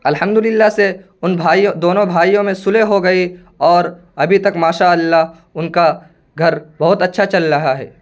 الحمد للہ سے ان بھائیو دونوں بھائیوں میں صلح ہو گئی اور ابھی تک ماشاء اللہ ان کا گھر بہت اچھا چل رہا ہے